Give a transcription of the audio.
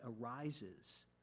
arises